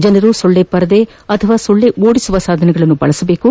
ಜನರು ಸೊಳ್ಳೆಪರದೆ ಅಥವಾ ಸೊಳ್ಳೆ ಓಡಿಸುವ ಸಾಧನಗಳನ್ನು ಬಳಸಬೇಕು